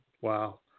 Wow